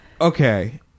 Okay